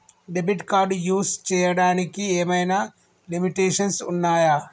Debit card use చేయడానికి ఏమైనా limitations ఉన్నాయా?